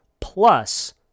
plus